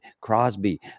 Crosby